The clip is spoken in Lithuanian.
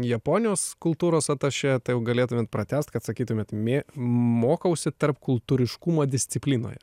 japonijos kultūros atašė tai galėtumėt pratęst kad sakytumėt mė mokausi tarpkultūriškumo disciplinoje